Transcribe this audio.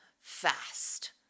fast